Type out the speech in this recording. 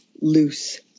loose